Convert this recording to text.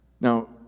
Now